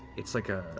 it's like a